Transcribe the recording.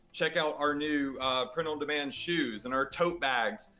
check out our new print-on-demand shoes and our tote bags.